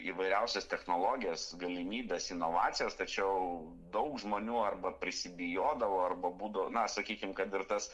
įvairiausias technologijos galimybes inovacijas tačiau daug žmonių arba prisibijodavo arba būdo na sakykim kad ir tas